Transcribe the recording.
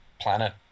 planet